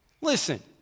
Listen